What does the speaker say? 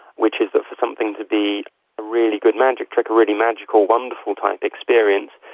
which is that for something to be a really good magic trick, a really magical, wonderful type experience,